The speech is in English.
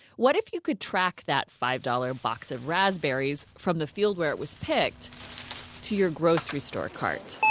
what if you could track that five dollars box of raspberries from the field where it was picked to your grocery store cart?